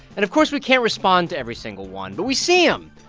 and of course, we can't respond to every single one. but we see them,